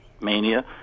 Mania